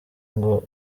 ngo